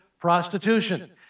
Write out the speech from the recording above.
prostitution